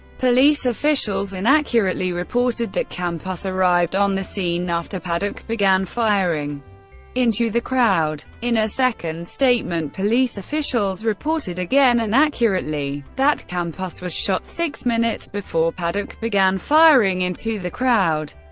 police officials inaccurately reported that campos arrived on the scene after paddock began firing into the crowd. in a second statement, police officials reported, again inaccurately, that campos was shot six minutes before paddock began firing into the crowd.